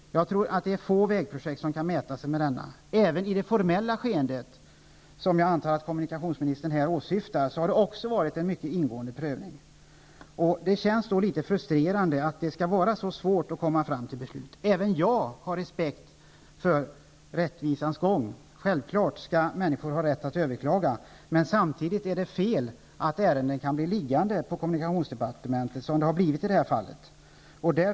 Få vägprojekt kan mäta sig med detta. Även i det formella skeendet, som jag antar att kommunikationsministern här åsyftar, har det skett en mycket ingående prövning. Det känns då litet frustrerande att det skall vara så svårt att komma fram till beslut. Även jag har respekt för rättvisans gång. Självfallet skall människor ha rätt att överklaga. Men samtidigt är det fel att ärenden kan bli liggande på kommunikationsdepartementet, som har blivit förhållandet i detta fall.